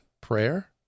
prayer